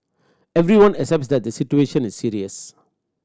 everyone accepts that the situation is serious